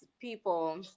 people